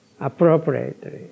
appropriately